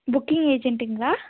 booking ஏஜென்ட்டுங்களா